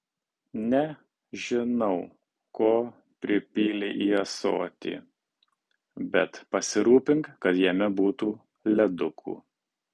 ne žinau ko pripylei į ąsotį bet pasirūpink kad jame būtų ledukų